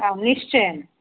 आं निश्चयेन